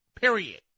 Period